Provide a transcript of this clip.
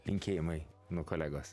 linkėjimai nuo kolegos